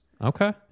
Okay